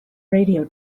radio